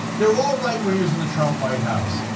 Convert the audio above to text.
they are all right-wingers in the trump white house.